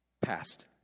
past